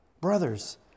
Brothers